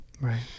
Right